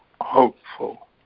hopeful